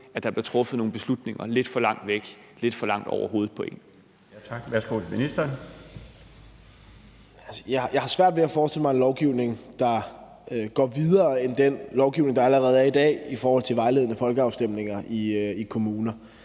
20:32 Ministeren for byer og landdistrikter (Morten Dahlin): Jeg har svært ved at forestille mig en lovgivning, der går videre end den lovgivning, der allerede er i dag, i forhold til vejledende folkeafstemninger i kommuner.